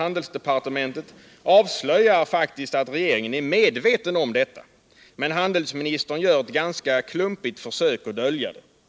Handelsdepartementet avslöjar faktiskt att regeringen är medveten om detta —- men handelsministern gör ett ganska klumpigt försök att dölja det.